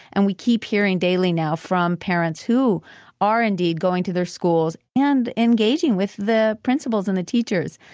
and we keep hearing daily now from parents who are indeed going to their schools and engaging with the principals and the teachers.